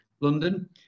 London